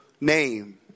name